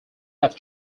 have